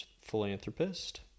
philanthropist